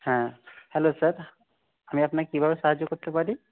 হ্যাঁ hello sir আমি আপনাকে কীভাবে সাহায্য করতে পারি